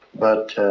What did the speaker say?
but